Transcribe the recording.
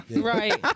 Right